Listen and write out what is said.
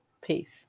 Peace